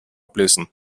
ablesen